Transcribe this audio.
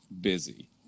busy